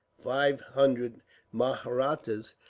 five hundred mahrattas,